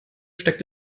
steckt